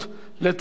לתרבות ולזהות,